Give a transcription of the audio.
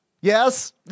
Yes